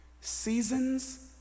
seasons